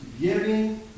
giving